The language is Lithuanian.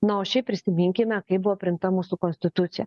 na o šiaip prisiminkime kaip buvo priimta mūsų konstitucija